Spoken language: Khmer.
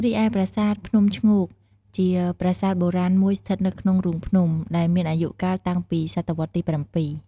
រីឯប្រាសាទភ្នំឈ្ងោក ជាប្រាសាទបុរាណមួយស្ថិតនៅក្នុងរូងភ្នំ ដែលមានអាយុកាលតាំងពីសតវត្សរ៍ទី៧។